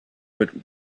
but